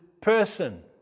person